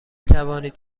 توانید